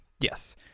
Yes